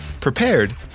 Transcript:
prepared